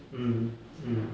mm mm